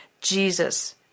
Jesus